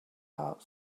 heart